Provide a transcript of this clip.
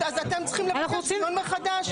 אז אתם צריכים לבקש דיון מחדש.